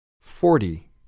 Forty